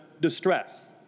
distress